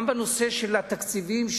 גם בנושא התקציבים,